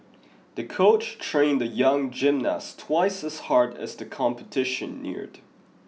the coach trained the young gymnast twice as hard as the competition neared